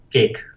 Cake